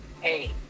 hey